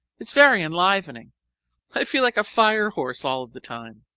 it's very enlivening i feel like a fire horse all of the time.